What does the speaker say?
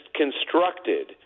constructed